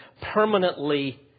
permanently